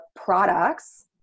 products